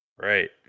Right